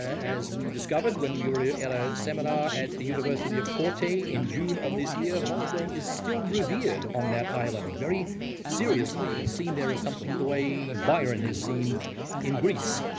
as we discovered when we were in a seminar at the university of corte, in june of this year, boswell is still revered on that island very seriously. he's seen there as something the way byron is seen in greece.